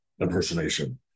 impersonation